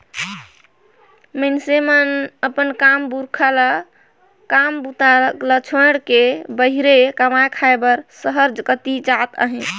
मइनसे मन अपन पुरखा कर काम बूता ल छोएड़ के बाहिरे कमाए खाए बर सहर कती जात अहे